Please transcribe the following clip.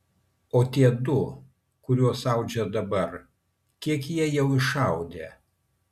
o tie du kuriuos audžia dabar kiek jie jau išaudė